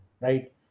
right